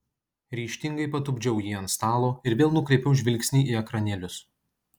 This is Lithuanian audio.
ryžtingai patupdžiau jį ant stalo ir vėl nukreipiau žvilgsnį į ekranėlius